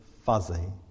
fuzzy